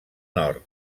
nord